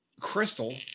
crystal